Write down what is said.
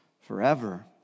forever